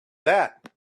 that